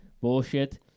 bullshit